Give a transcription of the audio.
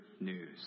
news